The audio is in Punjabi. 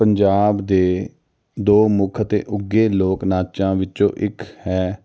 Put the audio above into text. ਪੰਜਾਬ ਦੇ ਦੋ ਮੁੱਖ ਅਤੇ ਉੱਗੇ ਲੋਕ ਨਾਚਾਂ ਵਿੱਚੋਂ ਇੱਕ ਹੈ